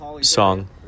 song